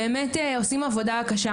כלשהי ובאמת שעושים בשביל זה עבודה קשה.